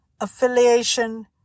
affiliation